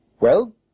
Well